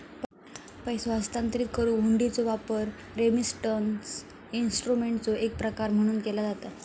पैसो हस्तांतरित करुक हुंडीचो वापर रेमिटन्स इन्स्ट्रुमेंटचो एक प्रकार म्हणून केला जाता